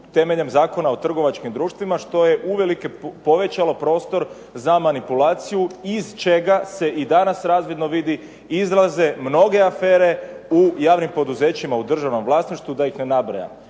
temeljem Zakona o trgovačkim društvima, što je uvelike povećalo prostor za manipulaciju, iz čega se i danas razvidno vidi izlaze mnoge afere u javnim poduzećima u državnom vlasništvu da ih ne nabrajam